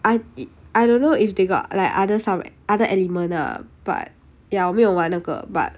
I I don't know if they got like other some other element ah but ya 我有没有玩那个 but